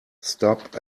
stop